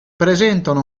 presentano